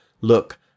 Look